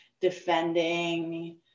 defending